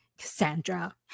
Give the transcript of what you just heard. Cassandra